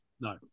No